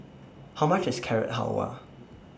How much IS Carrot Halwa